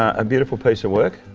a beautiful piece of work.